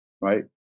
right